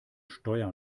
steuer